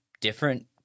different